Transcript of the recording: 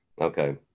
Okay